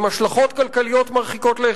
עם השלכות כלכליות מרחיקות לכת.